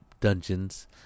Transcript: dungeons